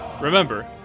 Remember